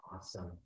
awesome